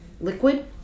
liquid